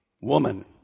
woman